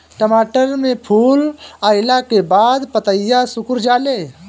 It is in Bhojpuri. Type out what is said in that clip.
टमाटर में फूल अईला के बाद पतईया सुकुर जाले?